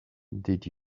did